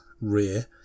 rear